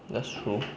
that's true